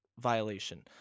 violation